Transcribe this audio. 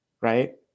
Right